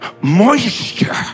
moisture